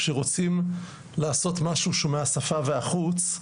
כשרוצים לעשות משהו שמהשפה והחוץ,